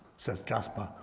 says jasper.